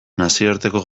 nazioarteko